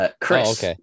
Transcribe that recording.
Chris